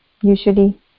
usually